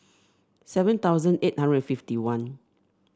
seven thousand eight hundred fifty one